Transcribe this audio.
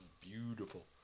beautiful